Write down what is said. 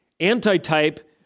antitype